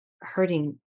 hurting